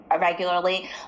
regularly